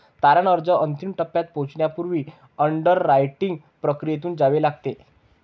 तारण अर्ज अंतिम टप्प्यात पोहोचण्यापूर्वी अंडररायटिंग प्रक्रियेतून जावे लागते